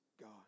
God